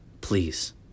Please